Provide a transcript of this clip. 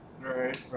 Right